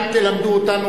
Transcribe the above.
אל תלמדו אותנו,